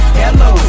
hello